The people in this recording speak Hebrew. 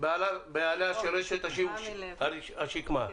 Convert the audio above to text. בעליה של רשת שיווק השקמה,